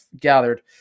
gathered